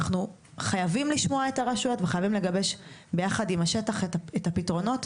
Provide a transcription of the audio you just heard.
אנחנו חייבים לשמוע אותן וחייבים לגבש ביחד עם השטח את הפתרונות.